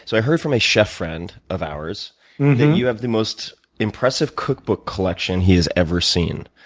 so i heard from a chef friend of ours that you have the most impressive cookbook collection he's ever seen.